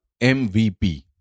MVP